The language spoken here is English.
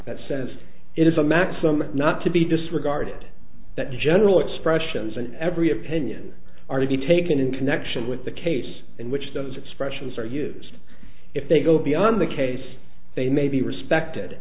that says it is a maxim not to be disregarded that the general expressions in every opinion are to be taken in connection with the case in which those expressions are used if they go beyond the case they may be respected